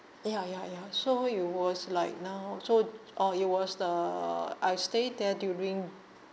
ya ya ya so it was like now so oh it was the I stay there during